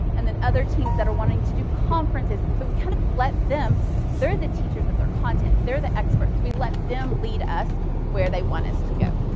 and then other teams that are wanting to do conferences. and so we kind of let them they're the teachers of their content. they're the experts. we let them lead us where they want us to go.